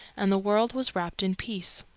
and the world was wrapped in peace.